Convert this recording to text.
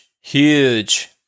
huge